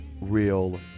real